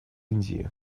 индии